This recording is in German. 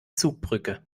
zugbrücke